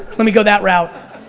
let me go that route.